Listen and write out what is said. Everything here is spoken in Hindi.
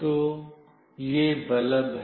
तो यह बल्ब है